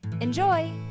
Enjoy